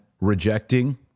rejecting